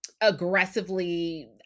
aggressively